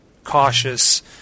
cautious